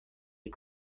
les